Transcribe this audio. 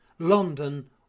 London